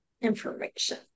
information